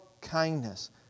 kindness